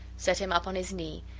set him up on his knee,